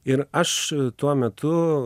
ir aš tuo metu